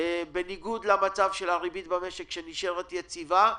בניגוד למצב של הריבית במשק שנשארת יציבה.